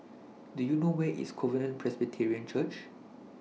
Do YOU know Where IS Covenant Presbyterian Church